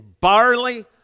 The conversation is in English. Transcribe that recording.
barley